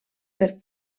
per